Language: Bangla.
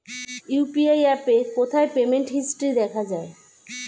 ইউ.পি.আই অ্যাপে কোথায় পেমেন্ট হিস্টরি দেখা যায়?